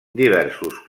diversos